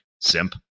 simp